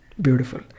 beautiful